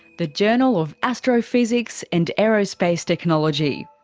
the journal of astrophysics and aerospace technology.